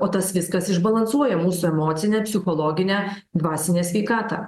o tas viskas išbalansuoja mūsų emocinę psichologinę dvasinę sveikatą